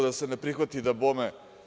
Da se ne prihvati dabome.